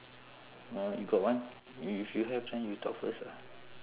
orh you got one i~ if you have then you talk first ah